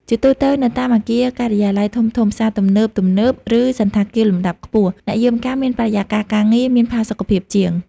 ជាទូទៅ នៅតាមអគារការិយាល័យធំៗ ផ្សារទំនើបទំនើប ឬសណ្ឋាគារលំដាប់ខ្ពស់ អ្នកយាមកាមមានបរិយាកាសការងារមានផាសុកភាពជាង។